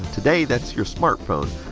today, that's your smart phone.